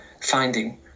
finding